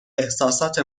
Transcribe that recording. احساسات